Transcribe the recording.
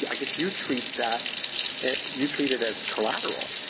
i guess you treat that that you treat it as collateral.